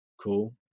Cool